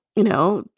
you know,